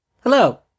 Hello